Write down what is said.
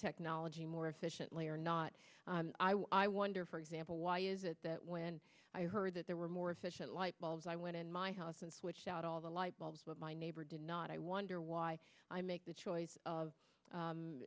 technology more efficiently or not i wonder for example why is it that when i heard that there were more efficient light bulbs i went in my house and switched out all the light bulbs with my neighbor did not i wonder why i make the choice of